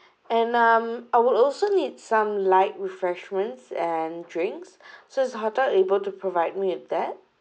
and um I would also need some light refreshments and drinks so is hotel able to provide me with that